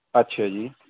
ਅੱਛਾ ਜੀ